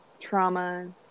trauma